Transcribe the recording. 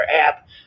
app